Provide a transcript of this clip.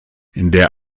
der